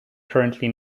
currently